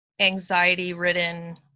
anxiety-ridden